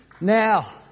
Now